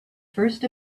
first